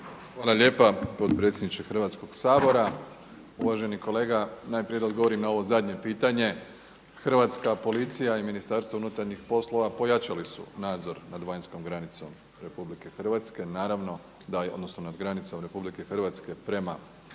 Hvala lijepa potpredsjedniče Hrvatskog sabora. Uvaženi kolega, najprije da odgovorim na ovo zadnje pitanje. Hrvatska policija i Ministarstvo unutarnjih poslova pojačali su nadzor nad vanjskom granicom Republike Hrvatske, naravno da, odnosno nas granicom Republike Hrvatske prema Srbiji